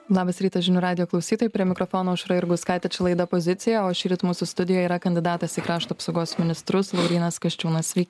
labas rytas žinių radijo klausytojai prie mikrofono aušra jurgauskaitė čia laida pozicija o šįryt mūsų studijoj yra kandidatas į krašto apsaugos ministrus laurynas kasčiūnas sveiki